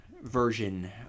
version